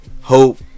hope